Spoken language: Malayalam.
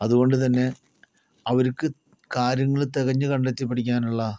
അതുകൊണ്ടുതന്നെ അവർക്ക് കാര്യങ്ങള് തിരഞ്ഞ് കണ്ടെത്തി പഠിക്കാനുള്ള